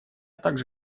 также